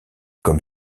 comme